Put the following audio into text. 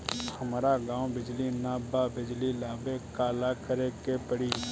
हमरा गॉव बिजली न बा बिजली लाबे ला का करे के पड़ी?